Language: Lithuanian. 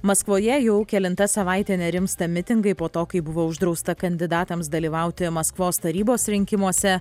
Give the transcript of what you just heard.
maskvoje jau kelinta savaitė nerimsta mitingai po to kai buvo uždrausta kandidatams dalyvauti maskvos tarybos rinkimuose